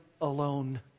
alone